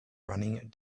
running